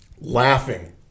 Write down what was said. laughing